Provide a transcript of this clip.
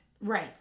Right